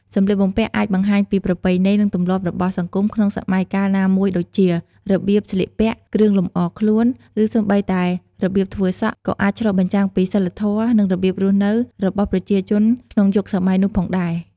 សម្លៀកបំពាក់អាចបង្ហាញពីប្រពៃណី និងទម្លាប់របស់សង្គមក្នុងសម័យកាលណាមួយដូចជា របៀបស្លៀកពាក់ គ្រឿងលម្អខ្លួន ឬសូម្បីតែរបៀបធ្វើសក់ ក៏អាចឆ្លុះបញ្ចាំងពីសីលធម៌ និងរបៀបរស់នៅរបស់ប្រជាជនក្នុងយុគសម័យនោះផងដែរ ។